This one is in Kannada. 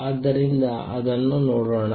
ಆದ್ದರಿಂದ ಅದನ್ನು ನೋಡೋಣ